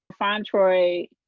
Fontroy